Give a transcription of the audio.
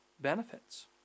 benefits